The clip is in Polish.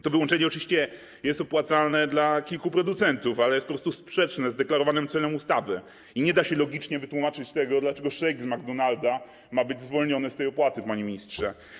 To wyłączenie oczywiście jest opłacalne dla kilku producentów, ale jest po prostu sprzeczne z deklarowanym celem ustawy i nie da się logicznie wytłumaczyć powodu, dla którego shake z McDonald’s ma być zwolniony z tej opłaty, panie ministrze.